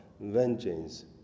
vengeance